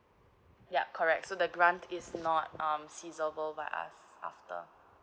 yup correct so the grant is not um sizeable by us after